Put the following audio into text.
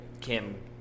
Kim